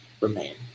remain